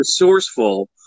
resourceful